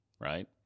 right